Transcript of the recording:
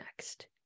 next